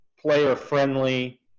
player-friendly